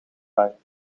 waren